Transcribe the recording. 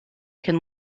can